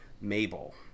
Mabel